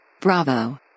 Bravo